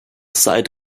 site